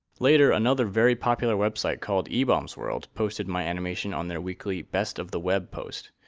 later, another very popular website called ebaum's world posted my animation on their weekly best of the web post.